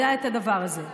יודע את הדבר הזה.